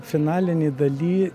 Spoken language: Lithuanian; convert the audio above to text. finalinėj dalyj